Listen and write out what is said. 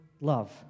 love